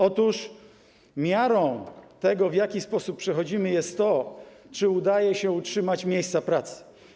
Otóż miarą tego, w jaki sposób przechodzimy kryzys, jest to, czy udaje się utrzymać miejsca pracy.